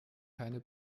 keine